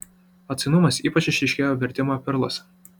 atsainumas ypač išryškėjo vertimo perluose